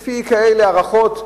וזה לפי הערכות ממעטות.